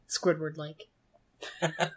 Squidward-like